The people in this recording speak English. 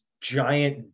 giant